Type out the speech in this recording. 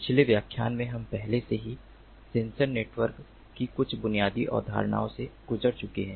पिछले व्याख्यान में हम पहले ही सेंसर नेटवर्क की कुछ बुनियादी अवधारणाओं से गुजर चुके हैं